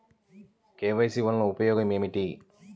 KYC వలన ఉపయోగం ఏమిటీ?